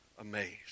amazed